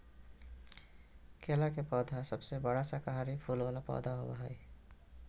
केला के पौधा सबसे बड़ा शाकाहारी फूल वाला पौधा होबा हइ